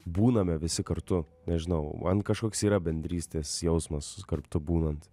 būname visi kartu nežinau man kažkoks yra bendrystės jausmas kartu būnant